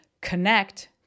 connect